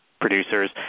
producers